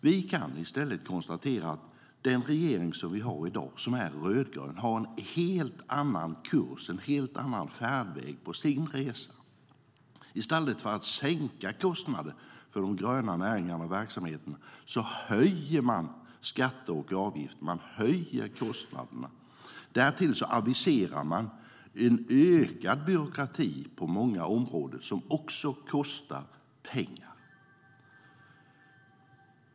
Vi kan konstatera att den rödgröna regering som vi har i dag har valt en helt annan kurs, en helt annan färdväg för sin resa. I stället för att sänka kostnaderna för de gröna näringarna och verksamheterna höjer man skatter och avgifter. Man höjer kostnaderna. Därtill aviserar man en ökad byråkrati på många områden, som också kostar pengar.